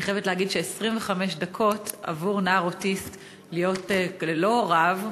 אני חייבת להגיד ש-25 דקות עבור נער אוטיסט להיות ללא הוריו,